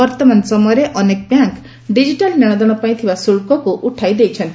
ବର୍ତ୍ତମାନ ସମୟରେ ଅନେକ ବ୍ୟାଙ୍କ ଡିଜିଟାଲ୍ ନେଶଦେଶ ପାଇଁ ଥିବା ଶୁଳ୍କକୁ ଉଠାଇ ଦେଇଛନ୍ତି